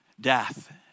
death